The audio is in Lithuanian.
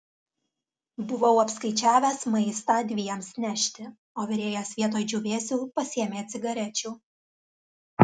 buvau apskaičiavęs maistą dviems nešti o virėjas vietoj džiūvėsių pasiėmė cigarečių